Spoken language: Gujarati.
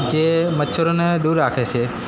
જે મચ્છરોને દૂર રાખે છે